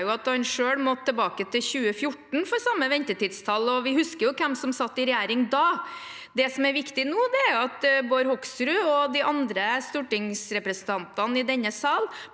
at han selv måtte tilbake til 2014 for samme ventetidstall, og vi husker jo hvem som satt i regjering da. Det som er viktig nå, er at Bård Hoksrud og de andre stortingsrepresentantene i denne sal